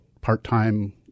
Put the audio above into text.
part-time